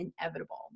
inevitable